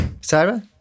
Sarah